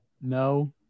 No